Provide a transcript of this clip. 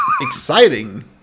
Exciting